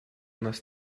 нас